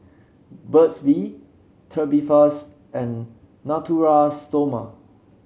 Burt's Bee Tubifast and Natura Stoma